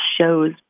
shows